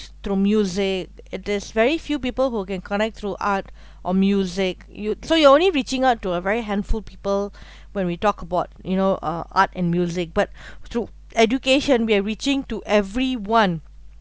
through music there's very few people who can connect through art or music you so you only reaching out to a very handful people when we talk about you know uh art and music but through education we're reaching to every one